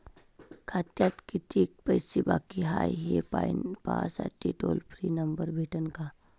खात्यात कितीकं पैसे बाकी हाय, हे पाहासाठी टोल फ्री नंबर भेटन का?